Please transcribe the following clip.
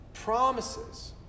Promises